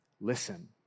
listen